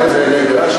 אבל אם זה דגל אש"ף,